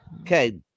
Okay